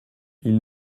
ils